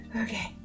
okay